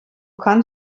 kann